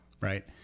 Right